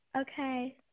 Okay